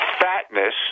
fatness